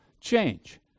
Change